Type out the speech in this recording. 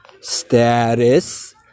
status